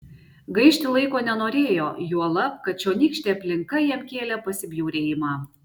gaišti laiko nenorėjo juolab kad čionykštė aplinka jam kėlė pasibjaurėjimą